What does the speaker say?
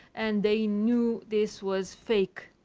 and they knew this was fake.